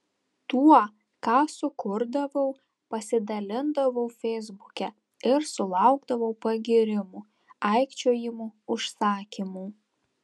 tuo ką sukurdavau pasidalindavau feisbuke ir sulaukdavau pagyrimų aikčiojimų užsakymų